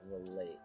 relate